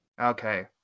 Okay